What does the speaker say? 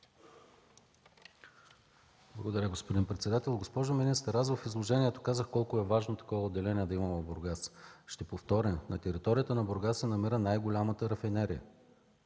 Благодаря, господин председател. Госпожо министър, аз в изложението казах колко е важно да има такова отделение в Бургас. Ще повторя – на територията на Бургас се намира най-голямата рафинерия.